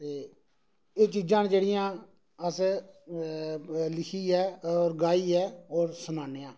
ते एह् चीजां न जेह्ड़िया अस लिखी ऐ और गाइयै और सनान्ने आं